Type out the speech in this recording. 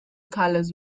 colors